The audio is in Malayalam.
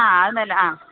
ആ അത് മേല്ലെ ആ